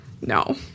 no